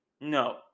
No